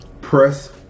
press